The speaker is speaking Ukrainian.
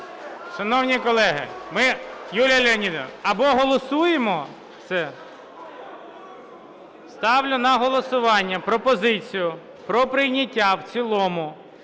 Шановні колеги, ми… Юлія Леонідівна! Або голосуємо це... Ставлю на голосування пропозицію про прийняття в цілому